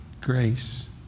grace